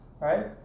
right